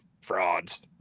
frauds